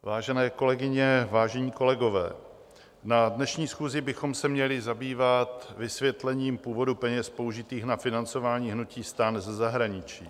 Vážené kolegyně, vážení kolegové, na dnešní schůzi bychom se měli zabývat vysvětlením původu peněz použitých na financování hnutí STAN ze zahraničí.